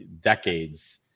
decades